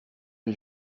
que